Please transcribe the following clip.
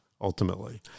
ultimately